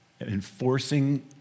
enforcing